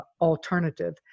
alternative